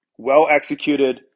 well-executed